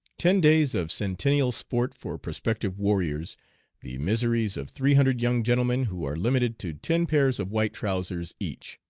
ten days of centennial sport for prospective warriors the miseries of three hundred young gentlemen who are limited to ten pairs of white trousers each.